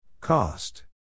Cost